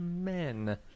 men